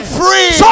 free